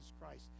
Christ